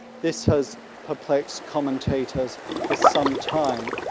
this has perplex commentators for some time.